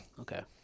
Okay